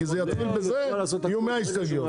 כי זה יתחיל בזה ויהיו מאה הסתייגויות.